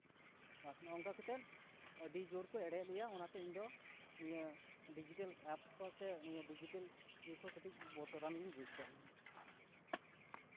ᱵᱟᱥ ᱱᱚᱝᱠᱟ ᱠᱟᱛᱮᱫ ᱟᱹᱰᱤ ᱡᱳᱨ ᱠᱚ ᱮᱲᱮᱭᱮᱫ ᱞᱮᱭᱟ ᱚᱱᱟᱛᱮ ᱤᱧ ᱫᱚ ᱱᱤᱭᱟᱹ ᱰᱤᱡᱤᱴᱮᱞ ᱮᱯᱥ ᱠᱚ ᱥᱮ ᱱᱤᱭᱟᱹ ᱰᱤᱡᱤᱴᱮᱞ ᱡᱩᱜᱽ ᱦᱚᱸ ᱠᱟᱹᱴᱤᱡ ᱵᱚᱛᱚᱨᱟᱱ ᱜᱤᱧ ᱵᱩᱡᱽᱫᱟ ᱤᱧ ᱫᱚ